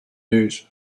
days